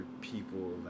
people